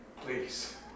Please